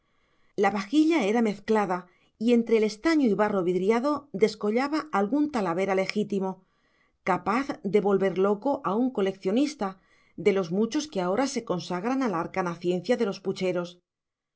la vajilla era mezclada y entre el estaño y barro vidriado descollaba algún talavera legítimo capaz de volver loco a un coleccionista de los muchos que ahora se consagran a la arcana ciencia de los pucheros